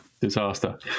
disaster